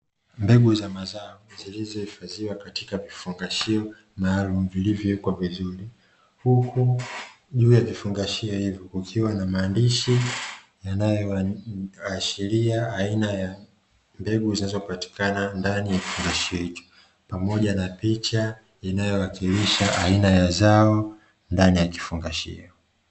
Mbegu za mazao zilizohifadhiwa katika vifungashio maalumu, vilivyowekwa vizuri, huku juu ya vifungashio hivyo kukiwa na maandishi yanayoashiria aina ya mbegu zinazopatikana ndani ya kifungashio hicho, pamoja na picha inayowakilisha aina ya zao ndani ya kifungashio.